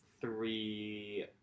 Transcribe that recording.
three